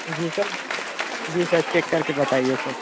जी sir जी sir check करके बताइए सर